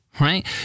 right